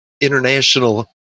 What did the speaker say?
international